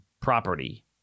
property